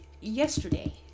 yesterday